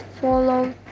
follow